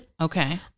Okay